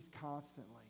constantly